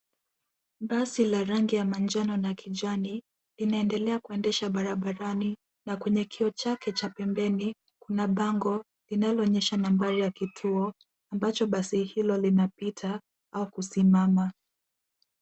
Basi la rangi ya manjano na kijani linaendelea kuendeshwa barabarani na kwenye kioo chake cha pembeni bango linaloonyesha nambari ya kituo ambacho basi hilo linapita au kusimama.